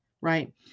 right